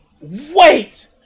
Wait